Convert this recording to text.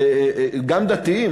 גם דתיים,